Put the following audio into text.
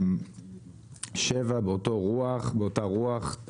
הסתייגות 7 באותה רוח,